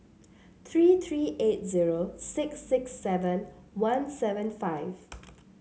three three eight zero six six seven one seven five